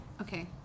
Okay